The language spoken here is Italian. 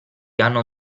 hanno